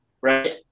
right